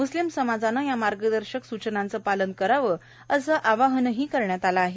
म्स्लिम समाजानं या मार्गदर्शक सूचनांचं पालन करावं असं आवाहन केलं आहे